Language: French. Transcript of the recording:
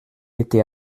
été